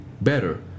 better